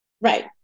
right